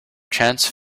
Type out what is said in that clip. chance